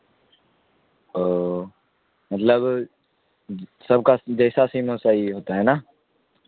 او مطلب سب کا جیسا سیم ویسا یہ ہوتا ہے نا